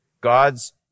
God's